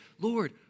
Lord